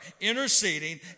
interceding